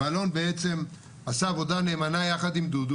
ואלון בעצם עשה עבודה נאמנה ביחד עם דודו,